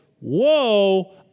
whoa